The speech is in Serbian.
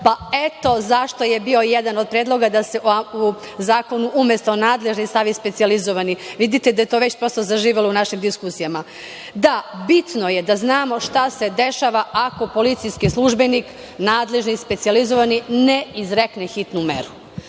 Eto zašto je bio jedan od predloga da se u ovo zakonu, umesto „nadležni“, stavi „specijalizovani“. Vidite da je to već prosto zaživelo u našim diskusijama. Da, bitno je da znamo šta se dešava ako policijski službenik, nadležni, specijalizovani, ne izrekne hitnu meru.